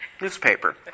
newspaper